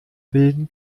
bilden